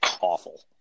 awful